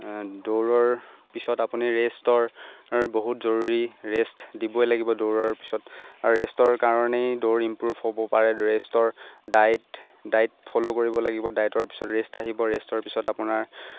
দৌৰৰ পিছত আপুনি ৰেষ্টৰ বহুত জৰুৰী ৰেষ্ট দিবই লাগিব দৌৰৰ পিছত আৰু ৰেষ্টৰ কাৰণেই দৌৰ ইম্প্ৰুভ হ'ব পাৰে ৰেষ্টৰ ডায়েট ডায়েট ফ'ল' কৰিব লাগিব ডায়েটৰ পিছত ৰেষ্ট আহিব ৰেষ্টৰ পিছত আপোনাৰ